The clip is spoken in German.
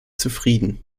zufrieden